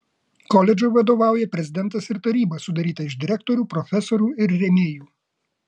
koledžui vadovauja prezidentas ir taryba sudaryta iš direktorių profesorių ir rėmėjų